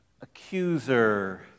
accuser